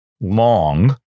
long